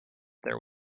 there